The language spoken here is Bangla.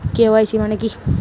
কে.ওয়াই.সি মানে কী?